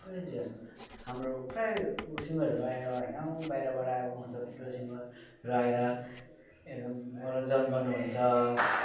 थुप्रैतिर हाम्रो फेरि ऊ सिङ्गरहरू आएर हैन बाहिरबाट आउनुहुन्छ ठुल्ठुलो सिङ्गर र आएर एकदम मनोरञ्जन गर्नुहुन्छ